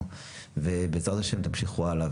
ובעזרת השם תמשיכו הלאה.